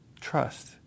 Trust